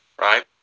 right